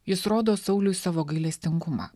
jis rodo sauliui savo gailestingumą